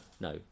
no